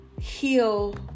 heal